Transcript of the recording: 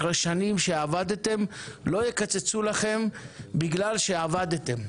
אחרי שנים שעבדתם לא יקצצו לכם בגלל שעבדתם,